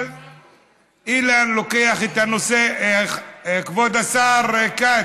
אבל אילן לוקח את הנושא, כבוד השר כץ,